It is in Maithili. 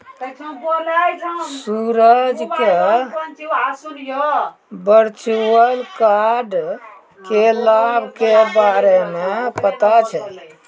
सूरज क वर्चुअल कार्ड क लाभ के बारे मे पता छै